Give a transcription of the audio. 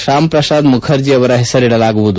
ಶಾಮ್ ಪ್ರಸಾದ್ ಮುಖರ್ಜಿ ಅವರ ಹೆಸರಿಡಲಾಗುವುದು